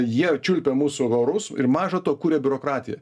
jie čiulpia mūsų horus ir maža to kuria biurokratiją